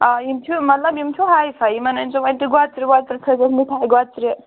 آ یِم چھِ مطلب یِم چھُ ہاے فاے یِمَن أنۍزیٚو وۅنۍ تُہۍ گۄژِرِ وۄژٕرِ تھٲے زیٚو مِٹھایہِ گۄژرِ